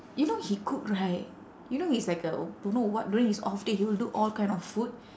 you know he cook right you know he's like a don't know what during his off day he will do all kind of food